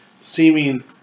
seeming